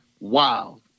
Wow